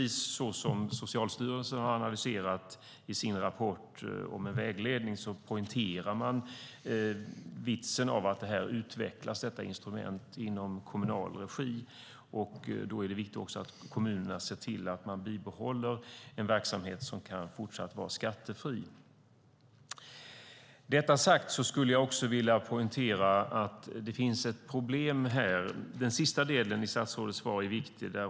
Socialstyrelsen skriver om en vägledning i sin rapport och poängterar vitsen av att detta instrument utvecklas inom kommunal regi och att det är viktigt att kommunerna behåller en verksamhet som är fortsatt skattefri. Jag vill poängtera att det finns ett problem här. Den sista delen i statsrådets svar är viktigt.